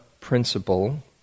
principle